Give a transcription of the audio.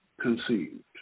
conceived